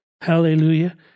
Hallelujah